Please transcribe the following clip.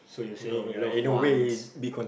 you know loved ones